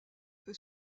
peut